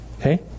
Okay